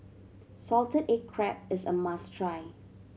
salted egg crab is a must try